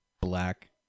black